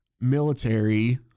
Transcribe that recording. military